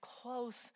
close